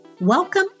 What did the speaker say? Welcome